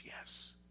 yes